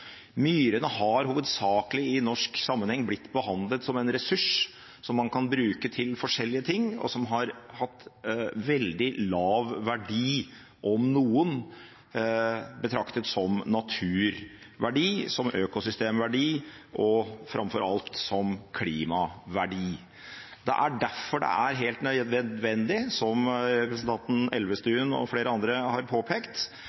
Myrene har i norsk sammenheng hovedsakelig blitt behandlet som en ressurs som man kan bruke til forskjellige ting, og som har hatt veldig lav verdi – om noen – betraktet som naturverdi, som økosystemverdi og, framfor alt, som klimaverdi. Det er derfor helt nødvendig, som representanten Elvestuen og flere andre har påpekt,